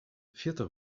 fjirtich